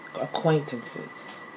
acquaintances